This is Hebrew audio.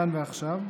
כאן ועכשיו,